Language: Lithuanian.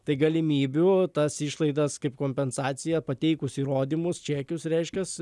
tai galimybių tas išlaidas kaip kompensaciją pateikus įrodymus čekius reiškias